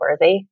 worthy